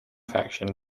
faction